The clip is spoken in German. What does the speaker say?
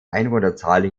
einwohnerzahl